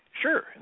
sure